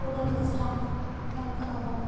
ᱠᱩᱲᱟᱹᱼᱠᱟᱪᱨᱟ ᱮᱢᱠᱟᱜᱼᱟᱵᱚᱱ